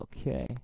Okay